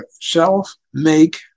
self-make